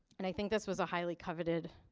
and i think this was a highly coveted